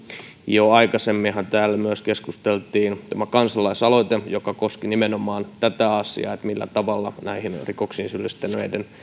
jo keskusteltu aikaisemminhan täällä keskusteltiin myös kansalaisaloitteesta joka koski nimenomaan tätä asiaa millä tavalla näihin rikoksiin syyllistyneiden